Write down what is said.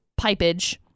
pipage